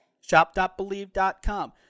shop.believe.com